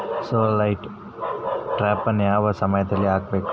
Solar light ಟ್ರಾಪನ್ನು ಯಾವ ಸಮಯದಲ್ಲಿ ಹಾಕಬೇಕು?